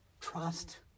trust